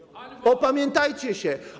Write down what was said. Opamiętajcie się.